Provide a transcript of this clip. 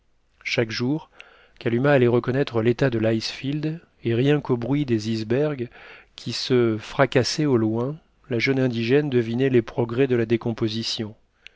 chaque jour kalumah allait reconnaître l'état de l'icefield et rien qu'au bruit des icebergs qui se fracassaient au loin la jeune indigène devinait les progrès de la décomposition